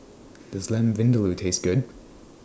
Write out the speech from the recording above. Does Lamb Vindaloo Taste Good